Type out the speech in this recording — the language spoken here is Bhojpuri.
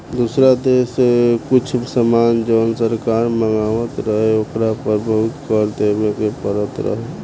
दुसर देश से कुछ सामान जवन सरकार मँगवात रहे ओकरा पर बहुते कर देबे के परत रहे